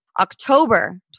October